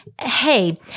hey